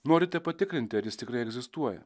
norite patikrinti ar jis tikrai egzistuoja